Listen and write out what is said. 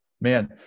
Man